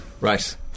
right